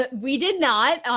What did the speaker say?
but we did not.